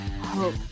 hope